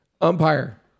Umpire